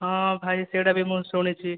ହଁ ଭାଇ ସେଇଟାବି ମୁଁ ଶୁଣିଛି